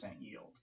yield